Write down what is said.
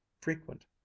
frequent